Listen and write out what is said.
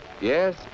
Yes